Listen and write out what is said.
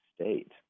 state